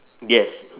yes